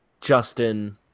Justin